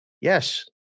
Yes